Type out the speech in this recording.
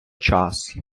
час